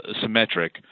symmetric